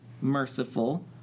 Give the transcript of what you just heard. merciful